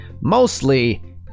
mostly